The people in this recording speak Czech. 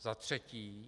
Za třetí.